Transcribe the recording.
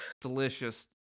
Delicious